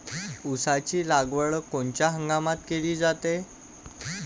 ऊसाची लागवड कोनच्या हंगामात केली जाते?